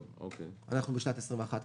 אנחנו בשנת 21 כרגע.